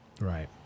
Right